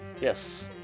Yes